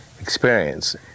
experience